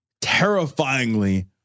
terrifyingly